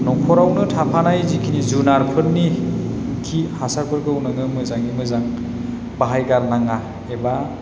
नख'रावबो थाफानाय जिखिनि जुनारफोरनि खि हासारफोरखौ नोङो मोजाङै मोजां बाहायगारनाङा एबा